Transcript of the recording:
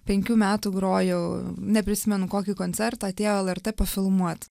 penkių metų grojau neprisimenu kokį koncertą atėjo lrt pafilmuot